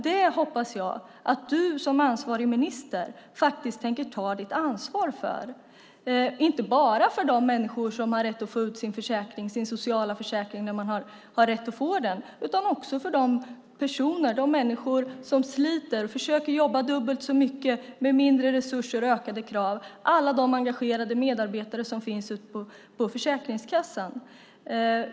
Det hoppas jag att du som ansvarig minister faktiskt tänker ta ditt ansvar för, inte bara för de människor som har rätt att få ut sin socialförsäkring när de har rätt att få den utan också för de människor som sliter och försöker jobba dubbelt så mycket med mindre resurser och ökade krav, alla de engagerade medarbetare som finns på Försäkringskassan.